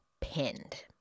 pinned